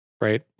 right